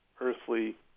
earthly